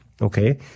okay